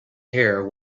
hair